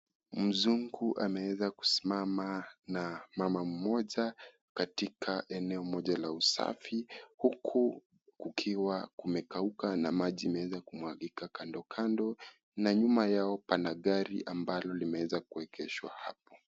Mzungu ameweza kusimama na mama mmoja katikati eneo moja la usafi huku kukiwa kumekauka na maji imeweza kumwagika kando kando na nyuma yao pana gari ambalo limeweza kuegeshwa hapo.